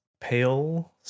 pale